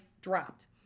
dropped